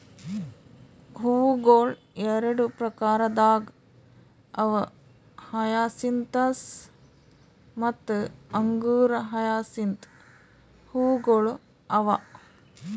ಹೂವುಗೊಳ್ ಎರಡು ಪ್ರಕಾರದಾಗ್ ಅವಾ ಹಯಸಿಂತಸ್ ಮತ್ತ ಅಂಗುರ ಹಯಸಿಂತ್ ಹೂವುಗೊಳ್ ಅವಾ